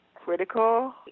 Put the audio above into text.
critical